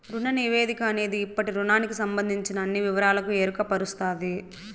రుణ నివేదిక అనేది ఇప్పటి రుణానికి సంబందించిన అన్ని వివరాలకు ఎరుకపరుస్తది